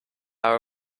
power